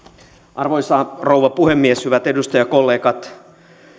arvoisa rouva puhemies hyvät edustajakollegat